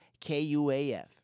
KUAF